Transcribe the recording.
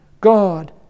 God